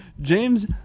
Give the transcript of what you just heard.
James